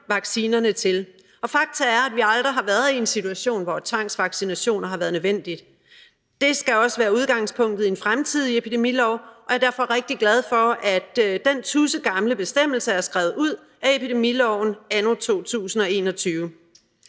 vaccinerne til. Og faktum er, at vi aldrig har været i en situation, hvor tvangsvaccination har været nødvendigt. Det skal også være udgangspunktet i en fremtidig epidemilov, og jeg er derfor rigtig glad for, at den tudsegamle bestemmelse er skrevet ud af epidemiloven anno 2021.